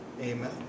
Amen